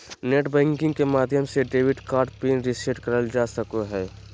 net banking के माध्यम से डेबिट कार्ड पिन रीसेट करल जा सको हय